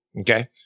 Okay